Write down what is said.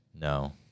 No